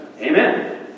Amen